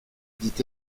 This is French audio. dit